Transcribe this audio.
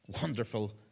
wonderful